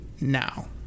Now